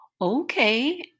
Okay